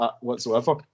whatsoever